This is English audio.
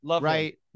right